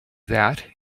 that